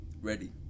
Ready